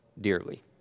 dearly